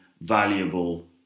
valuable